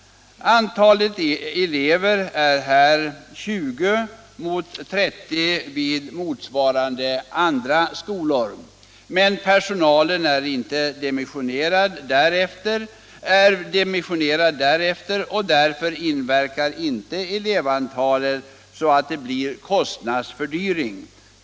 Antalet elevplatser är högst 20 mot 30 på motsvarande andra skolor. Men personalen är dimensionerad härefter, och därför inverkar inte elevantalet så att det blir någon kostnadsfördyring.